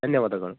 ಧನ್ಯವಾದಗಳು